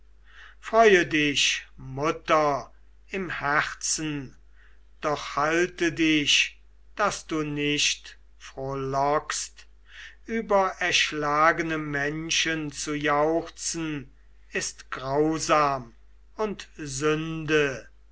freue dich mutter im herzen doch halte dich daß du nicht frohlockst über erschlagene menschen zu jauchzen ist grausam und sünde